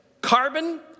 carbon